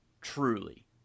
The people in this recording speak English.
truly